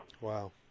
Wow